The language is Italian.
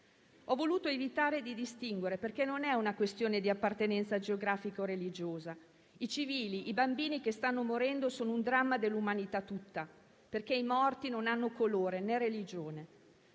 Ho voluto evitare di distinguere, perché non è una questione di appartenenza geografica o religiosa. I civili e i bambini che stanno morendo sono un dramma dell'umanità tutta, perché i morti non hanno colore, né religione.